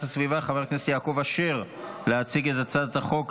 הסביבה חבר הכנסת יעקב אשר להציג את הצעת החוק.